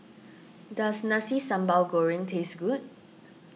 does Nasi Sambal Goreng taste good